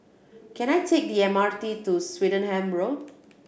can I take the M R T to Swettenham Road